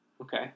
okay